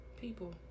people